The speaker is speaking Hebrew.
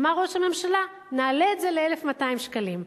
אמר ראש הממשלה, נעלה את זה ל-1,200 שקלים.